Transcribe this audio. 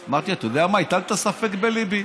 אמרתי: אתה יודע מה, הטלת ספק בליבי.